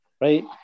Right